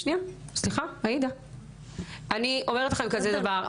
אני אומרת לכם כזה דבר.